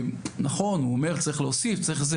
נכון, הוא אומר, צריך להוסיף וכולי.